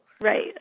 Right